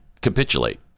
capitulate